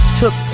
took